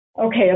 Okay